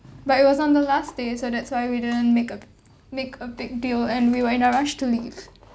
but it was on the last day so that's why we didn't make a make a big deal and we were in a rush to leave